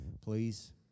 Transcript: please